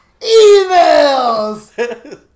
emails